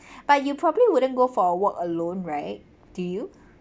but you probably wouldn't go for a walk alone right do you